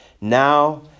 Now